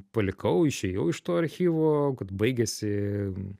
palikau išėjau iš to archyvo kad baigėsi